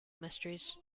mysteries